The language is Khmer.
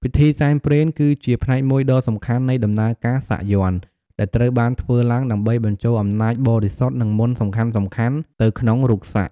ពិធីសែនព្រេន គឺជាផ្នែកមួយដ៏សំខាន់នៃដំណើរការសាក់យ័ន្ត ដែលត្រូវបានធ្វើឡើង ដើម្បីបញ្ចូលអំណាចបរិសុទ្ធ និងមន្តសំខាន់ៗទៅក្នុងរូបសាក់។